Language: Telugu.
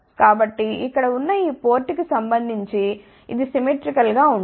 కాబట్టి ఇక్కడ ఉన్న ఈ పోర్ట్ కి సంబంధించి ఇది సిమ్మెట్రీకల్ గా ఉంటుంది